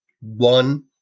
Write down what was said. One